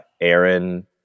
Aaron